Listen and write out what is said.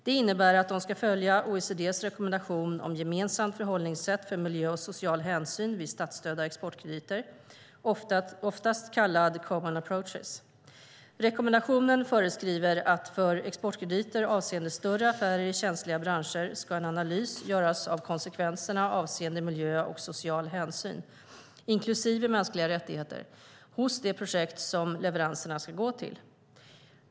Det innebär att de ska följa OECD:s rekommendation om ett gemensamt förhållningssätt för miljö och social hänsyn vid statsstödda exportkrediter, oftast kallad common approaches. Rekommendationen föreskriver att för exportkrediter avseende större affärer i känsliga branscher ska en analys göras av konsekvenserna avseende miljö och social hänsyn, inklusive mänskliga rättigheter, hos det projekt som leveranserna ska gå till.